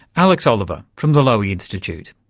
alex oliver from the lowy institute.